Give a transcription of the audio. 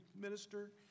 minister